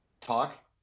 talk